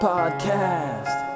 Podcast